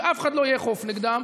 ואף אחד לא יאכוף נגדם,